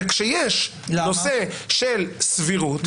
וכשיש נושא של סבירות,